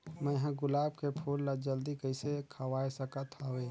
मैं ह गुलाब के फूल ला जल्दी कइसे खवाय सकथ हवे?